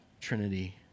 Trinity